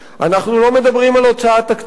אנחנו לא מדברים על הוצאה תקציבית,